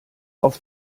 auf